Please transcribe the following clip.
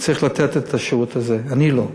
צריך לתת את השירות הזה, אני לא.